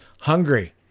Hungry